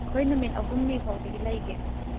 ꯑꯩꯈꯣꯏ ꯅꯨꯃꯤꯠ ꯑꯍꯨꯝꯅꯤ ꯐꯥꯎꯗꯤ ꯂꯩꯒꯦ